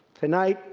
tonight,